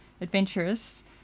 adventurous